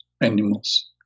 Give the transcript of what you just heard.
animals